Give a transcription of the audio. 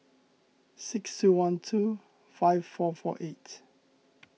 six two one two five four four eight